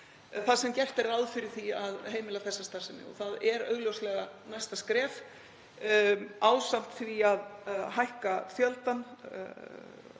þar sem gert er ráð fyrir því að heimila þessa starfsemi. Það er augljóslega næsta skref, ásamt því að hækka